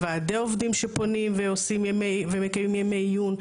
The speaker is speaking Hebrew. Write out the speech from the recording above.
ועדי עובדים שפונים ועושים, ומקיימים ימי עיון.